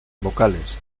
vocales